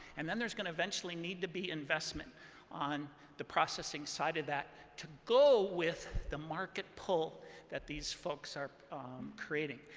and then there's going to, eventually, need to be investment on the processing side of that to go with the market pull that these folks are creating.